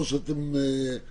או שכבר